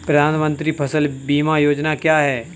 प्रधानमंत्री फसल बीमा योजना क्या है?